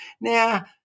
Now